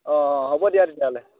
অ হ'ব দিয়া তেতিয়াহ'লে